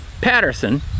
Patterson